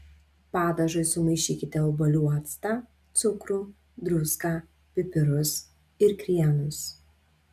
padažui sumaišykite obuolių actą cukrų druską pipirus ir krienus